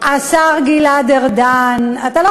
לא מקבלת את הכרעת הבוחר.